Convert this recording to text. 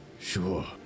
Sure